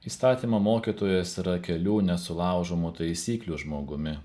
įstatymo mokytojas yra kelių nesulaužomų taisyklių žmogumi